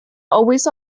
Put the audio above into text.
always